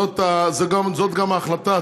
זאת גם ההחלטה,